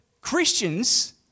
Christians